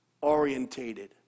orientated